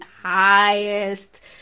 highest